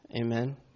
Amen